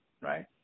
right